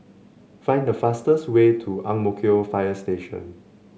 find the fastest way to Ang Mo Kio Fire Station